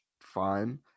fine